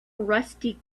rusty